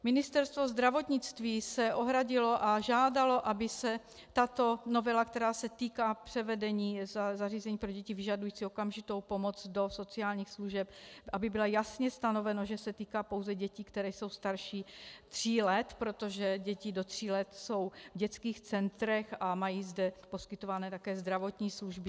Ministerstvo zdravotnictví se ohradilo a žádalo, aby tato novela, která se týká převedení zařízení pro děti vyžadující okamžitou pomoc do sociálních služeb, jasně stanovila, že se týká pouze dětí, které jsou starší tří let, protože děti do tří let jsou v dětských centrech a mají zde poskytované také zdravotní služby.